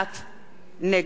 אורלי לוי אבקסיס,